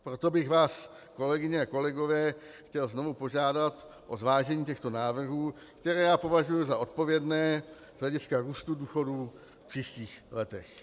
Proto bych vás, kolegyně a kolegové, chtěl znovu požádat o zvážení těchto návrhů, které považuji za odpovědné z hlediska růstu důchodů v příštích letech.